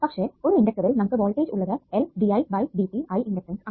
പക്ഷെ ഒരു ഇണ്ടക്ടറിൽ നമുക്ക് വോൾടേജ് ഉള്ളത് LdIdt I ഇണ്ടക്ടൻസ്